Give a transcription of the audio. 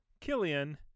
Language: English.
Killian